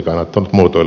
herra puhemies